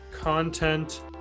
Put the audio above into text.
content